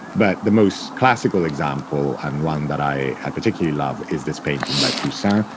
but the most classical example and one that i i particularly love is this painting by poussin,